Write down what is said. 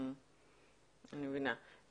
אני מבינה.